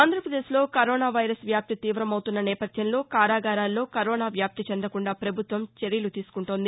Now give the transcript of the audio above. ఆంధ్రప్రదేశ్లో corona virus వ్యాప్తి తీవమవుతున్న నేపథ్యంలో కారాగారాల్లో కరోనా వ్యాప్తి చెందకుండా ప్రభుత్వం చర్యలు తీసుకుంటోంది